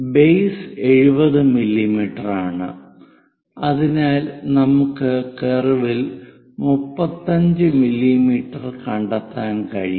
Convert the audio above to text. base 70 മില്ലീമീറ്ററാണ് അതിനാൽ നമുക്ക് കർവിൽ 35 മില്ലീമീറ്റർ കണ്ടെത്താൻ കഴിയും